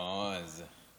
לא, איזה?